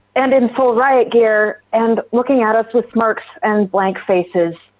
and in full riot gear, and looking at us with smirks and blank faces.